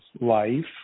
life